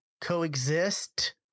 coexist